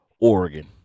Oregon